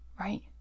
right